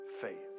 faith